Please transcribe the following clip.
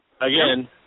Again